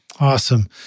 Awesome